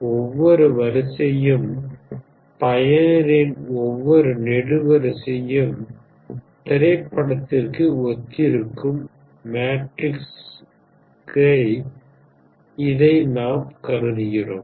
ஒவ்வொரு வரிசையும் பயனரின் ஒவ்வொரு நெடுவரிசையும் திரைப்படத்திற்கு ஒத்திருக்கும் மேட்ரிக்ஸாக இதை நாம் கருதுகிறோம்